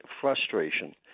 frustration